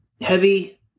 heavy